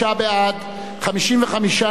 55 נגד, אין נמנעים.